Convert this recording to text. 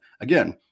Again